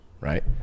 right